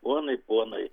ponai ponai